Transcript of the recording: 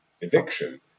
eviction